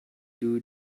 two